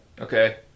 Okay